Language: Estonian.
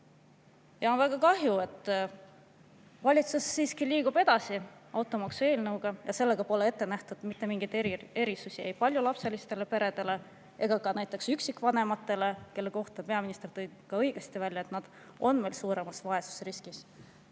On väga kahju, et valitsus liigub automaksueelnõuga siiski edasi ja selles pole ette nähtud mitte mingeid erisusi ei paljulapselistele peredele ega ka näiteks üksikvanematele, kelle kohta peaminister tõi õigesti välja, et nad on meil suuremas vaesusriskis.